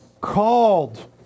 called